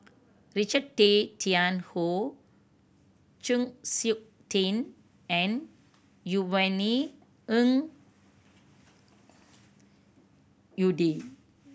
Richard Tay Tian Hoe Chng Seok Tin and Yvonne Ng Uhde